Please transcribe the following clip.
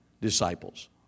disciples